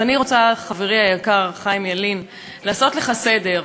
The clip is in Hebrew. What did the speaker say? אז אני רוצה, חברי היקר חיים ילין, לעשות לך סדר.